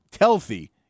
healthy